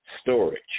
storage